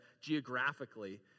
geographically